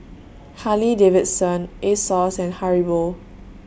Harley Davidson Asos and Haribo